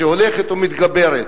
שהולכת ומתגברת.